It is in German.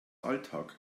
alltag